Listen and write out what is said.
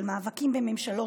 של מאבקים בממשלות,